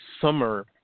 summer